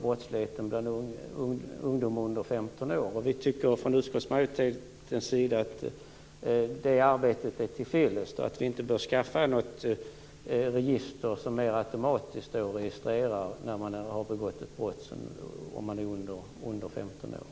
brottsligheten bland ungdomar under 15 år. Vi från utskottsmajoritetens sida tycker att det arbetet är till fyllest. Vi bör inte skaffa något register som automatiskt registrerar när någon under 15 års ålder har begått ett brott.